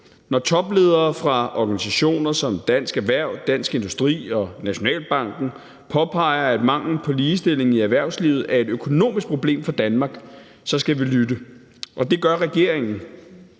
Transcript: Når topledere fra organisationer som Danske Erhverv, Dansk Industri og Nationalbanken påpeger, at manglen på ligestilling i erhvervslivet er et økonomisk problem for Danmark, så skal vi lytte. Og det gør regeringen.